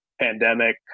pandemic